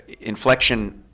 inflection